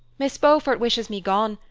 miss beaufort wishes me gone,